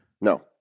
No